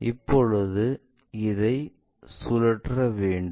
இப்பொழுது இதை சுழற்ற வேண்டும்